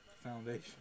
foundation